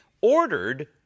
ordered